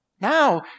now